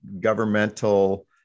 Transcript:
governmental